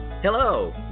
Hello